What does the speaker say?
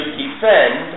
defend